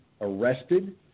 arrested